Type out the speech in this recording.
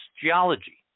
geology